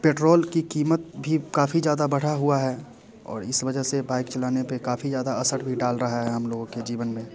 petrol की कीमत भी काफ़ी ज़्यादा बढ़ा हुआ है और इस वजह से बाइक चलाने पर काफ़ी ज़्यादा असर भी डाल रहा है हम लोगों के जीवन में